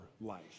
life